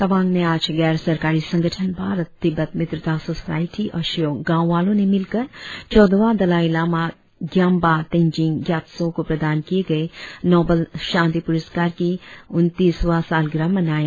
तवांग में आज गैर सरकारी संगठन भारत तिब्बत मित्रता सोसायटी और श्यो गाव वालों ने मिलकर चौदहवां दलाई लामा ग्यामबा तेंजिन ग्यातसो को प्रदान किए गए नॉबल शांति पुरस्कार की उन्नतीसवा सालगिरह मनाया